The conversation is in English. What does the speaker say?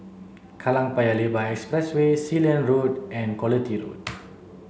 Kallang Paya Lebar Expressway Sealand Road and Quality Road